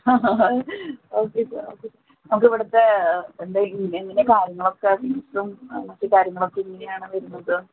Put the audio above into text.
okay sir okay sir നമുക്ക് ഇവിടുത്തെ എന്തായി എങ്ങനെ കാര്യങ്ങളൊക്കെ ഫീസും മറ്റ് കാര്യങ്ങളൊക്കെ എങ്ങനെയാണ് വരുന്നത്